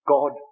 God